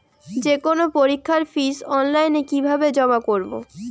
যে কোনো পরীক্ষার ফিস অনলাইনে কিভাবে জমা করব?